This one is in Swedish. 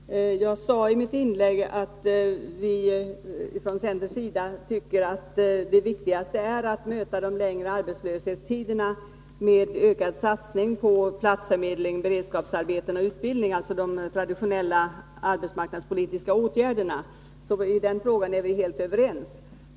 Fru talman! Jag sade i mitt inlägg att vi från centerns sida tycker att det viktigaste är att möta de längre arbetslöshetstiderna med ökad satsning på platsförmedling, beredskapsarbeten och utbildning, alltså de traditionella arbetsmarknadspolitiska åtgärderna. I den frågan är vi helt överens.